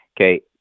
Okay